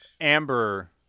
Amber